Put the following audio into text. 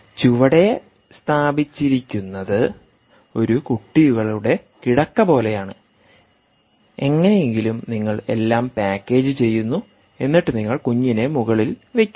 ചുവടെ സ്ഥാപിച്ചിരിക്കുന്നത് ഒരു കുട്ടികളുടെ കിടക്ക പോലെയാണ് എങ്ങനെയെങ്കിലും നിങ്ങൾ എല്ലാം പാക്കേജ് ചെയ്യുന്നു എന്നിട്ട് നിങ്ങൾ കുഞ്ഞിനെ മുകളിൽ വയ്ക്കുന്നു